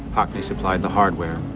hockney supplied the hardware.